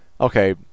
Okay